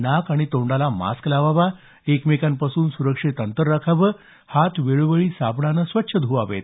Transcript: नाक आणि तोंडाला मास्क लावावा एकमेकांपासून सुरक्षित अंतर राखावं हात वेळोवेळी साबणाने ध्वावेत